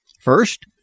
First